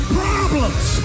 problems